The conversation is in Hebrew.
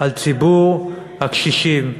על ציבור הקשישים.